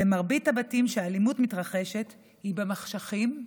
במרבית הבתים שהאלימות מתרחשת בהם, היא במחשכים,